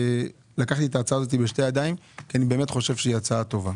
לקחתי אותה בשתי ידיים כי אני חושב שהיא טובה.